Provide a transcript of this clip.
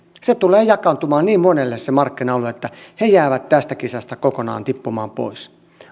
nytten tulee jakaantumaan niin monelle se markkina alue että he jäävät tästä kisasta kokonaan tippumaan pois